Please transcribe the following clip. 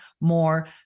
more